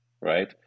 right